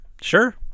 Sure